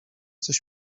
coś